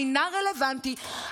אינה רלוונטית,